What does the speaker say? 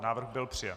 Návrh byl přijat.